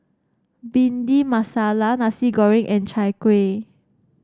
Bhindi Masala Nasi Goreng and Chai Kuih